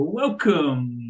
welcome